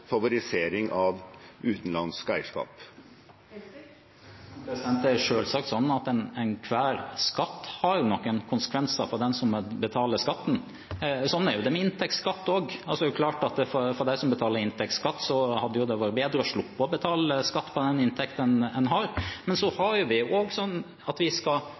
favorisering av utenlandsk eierskap? Det er selvsagt sånn at enhver skatt har noen konsekvenser for den som må betale skatten. Sånn er det med inntektsskatt også. Det er klart at for dem som betaler inntektsskatt, hadde det vært bedre å slippe å betale skatt av den inntekten. Men vi skal ha en finansiering av fellesskapet, og vi mener en bør ha et skatte- og avgiftsnivå som er om lag sånn